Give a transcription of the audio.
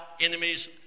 enemies